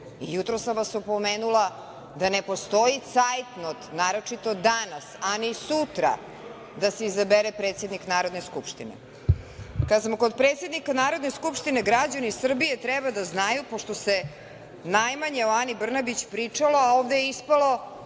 Jutros sam vas opomenula da ne postoji cajtnot, naročito danas, a ni sutra, da se izabere predsednik Narodni skupštine. Kada smo kod predsednika Narodne skupštine, građani Srbije treba da znaju, pošto se najmanje o Ani Brnabić pričalo, a ovde je ispalo